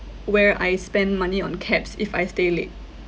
where I spend money on cabs if I stay late